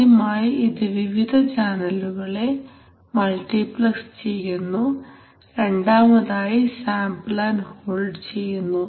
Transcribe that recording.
ആദ്യമായി ഇത് വിവിധ ചാനലുകളെ മൾട്ടിപ്ലക്സ് ചെയ്യുന്നു രണ്ടാമതായി സാമ്പിൾ ആൻഡ് ഹോൾഡ് ചെയ്യുന്നു